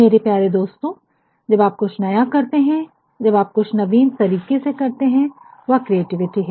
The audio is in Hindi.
मेरे प्यारे दोस्तों जब आप कुछ नया करते हैं जब आप कुछ नवीन तरीके से करते हैं वह क्रिएटिविटी है